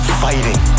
fighting